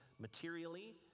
materially